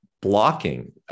blocking